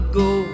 go